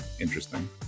interesting